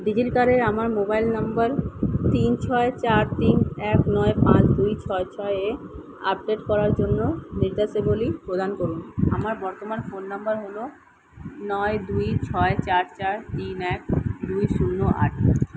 ডিজিলকারে আমার mobile number তিন ছয় চার তিন এক নয় পাঁচ দুই ছয় ছয় এ আপডেট করার জন্য নির্দেশাবলী প্রদান করুন আমার বর্তমান ফোন নাম্বার হলো নয় দুই ছয় চার চার তিন এক দুই শূন্য আট